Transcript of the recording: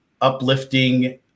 uplifting